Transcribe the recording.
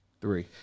Three